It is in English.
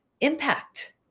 impact